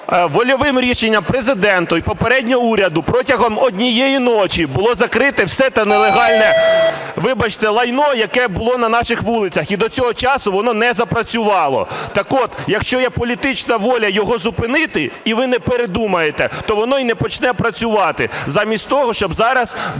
вольовим рішенням Президента і попередньо уряду, протягом однієї ночі було закрите все те нелегальне, вибачте, лайно, яке було на наших вулицях, і до цього часу воно не запрацювало. Так от, якщо є політична воля його зупинити і ви не передумаєте, то воно і не почне працювати, замість того, щоб зараз